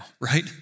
right